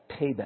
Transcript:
payback